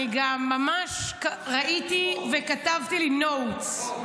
אני גם ממש ראיתי וכתבתי לי notes.